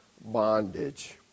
bondage